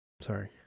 Sorry